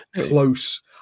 close